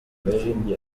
ibyo